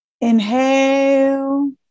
Inhale